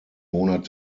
monat